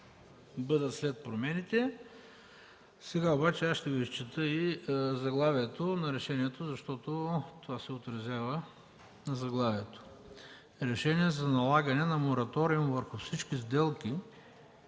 бъдат след промените. Сега обаче аз ще Ви изчета и заглавието на решението, защото това се отразява на заглавието: „Решение за налагане на мораториум върху всички сделки